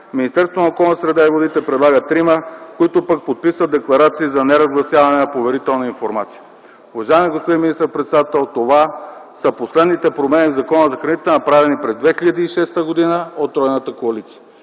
Министерството на околната среда и водите предлага трима, които пък подписват декларация за неразгласяване на поверителна информация. Уважаеми господин министър-председател, това са последните промени в Закона за храните, направени през 2006 г. от тройната коалиция.